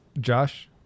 Josh